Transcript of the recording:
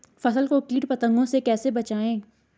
फसल को कीट पतंगों से कैसे बचाएं?